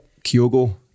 Kyogo